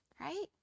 right